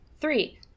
Three